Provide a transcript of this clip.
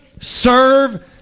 serve